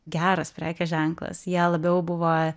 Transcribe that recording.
geras prekės ženklas jie labiau buvo